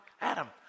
Adam